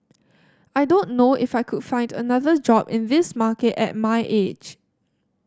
I don't know if I could find another job in this market at my age